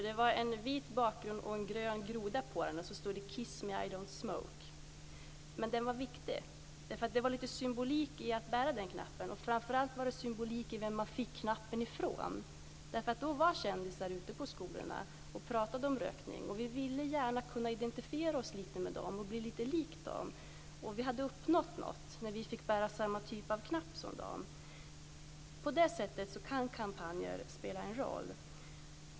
Det var en vit bakgrund med en grön groda på där det stod: Kiss me, I don t smoke. Men den var viktig. Det var lite symbolik i att bära den knappen. Och framför allt var det symbolik i vem man fick knappen ifrån. Det var kändisar ute på skolorna och talade om rökning, och vi ville gärna kunna identifiera oss lite med dem och bli lite lik dem. Vi hade uppnått något när vi fick bära samma typ av knapp som dem. På det sättet kan kampanjer spela en roll.